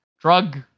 drug